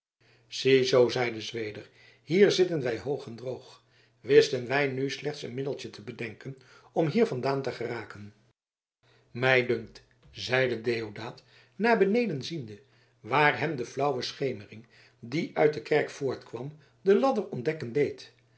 ziezoo zeide zweder hier zitten wij hoog en droog wisten wij nu slechts een middeltje te bedenken om hier vandaan te geraken mij dunkt zeide deodaat naar beneden ziende waar hem de flauwe schemering die uit de kerk voortkwam de ladder ontdekken deed